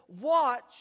watch